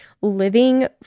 living